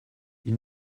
ils